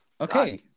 Okay